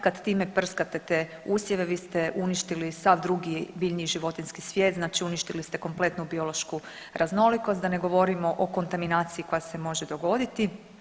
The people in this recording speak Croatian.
Kad time prskate te usjeve vi ste uništili sav drugi biljni i životinjski svijet, znači uništili ste kompletnu biološku raznolikost, da ne govorimo o kontaminaciji koja se može dogoditi.